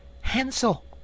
Hansel